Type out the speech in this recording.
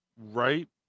Right